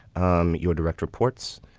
um your direct reports,